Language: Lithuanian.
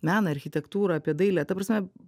meną architektūrą apie dailę ta prasme